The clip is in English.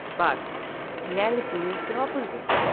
but preality is the opposite.